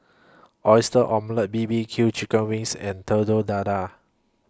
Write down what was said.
Oyster Omelette B B Q Chicken Wings and Telur Dadah